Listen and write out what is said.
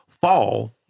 fall